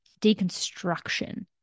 deconstruction